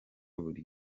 buri